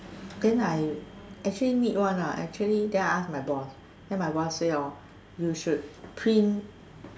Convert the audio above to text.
then I actually need one lah actually then I ask my boss say hor you should print